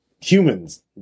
Humans